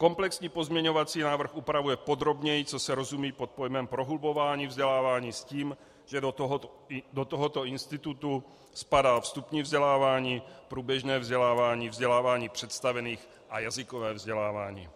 Komplexní pozměňovací návrh upravuje podrobněji, co se rozumí pod pojmem prohlubování vzdělávání, s tím, že do tohoto institutu spadá vstupní vzdělávání, průběžné vzdělávání, vzdělávání představených a jazykové vzdělávání.